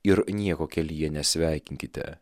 ir nieko kelyje nesveikinkite